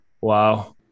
wow